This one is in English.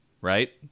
right